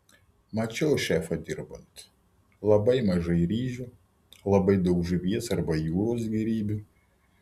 mačiau šefą dirbant labai mažai ryžių labai daug žuvies arba jūros gėrybių